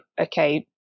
okay